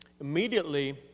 Immediately